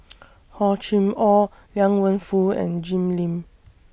Hor Chim Or Liang Wenfu and Jim Lim